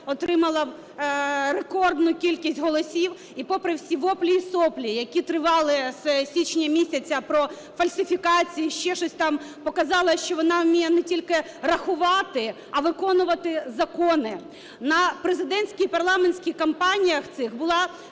отримала рекордну кількість голосів і попри всі воплі і соплі, які тривали з січня місяця про фальсифікації, що щось там, показала, що вона вміє не тільки рахувати, а виконувати закони. На президентській і парламентській кампаніях цих була